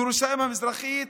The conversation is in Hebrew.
ירושלים המזרחית,